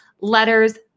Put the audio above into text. letters